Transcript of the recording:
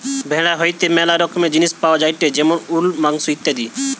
ভেড়া হইতে ম্যালা রকমের জিনিস পাওয়া যায়টে যেমন উল, মাংস ইত্যাদি